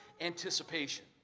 anticipation